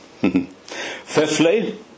fifthly